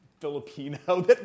Filipino